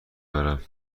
دارم